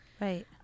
Right